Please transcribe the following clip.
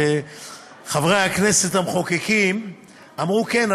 וחברי הכנסת המחוקקים אמרו: כן,